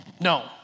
No